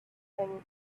thing